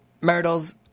Myrtle's